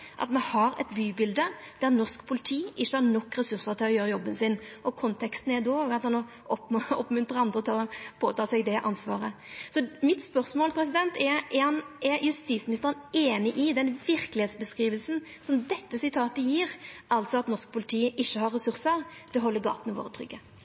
at me har eit bybilde der norsk politi ikkje har nok ressursar til å gjera jobben sin – og konteksten då er at ein må oppmuntra andre til å ta på seg det ansvaret. Mitt spørsmål er: Er justisministeren einig i den verkelegheitsbeskrivinga som dette sitatet gjev, altså at norsk politi ikkje har ressursar til å halda gatene våre trygge?